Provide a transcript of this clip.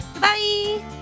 Bye